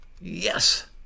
Yes